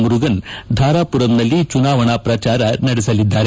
ಮುರುಗನ್ ಧಾರಾಪುರಂನಲ್ಲಿ ಚುನಾವಣಾ ಪ್ರಚಾರ ನಡೆಸಲಿದ್ದಾರೆ